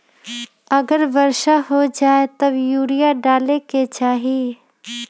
अगर वर्षा हो जाए तब यूरिया डाले के चाहि?